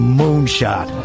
moonshot